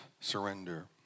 surrender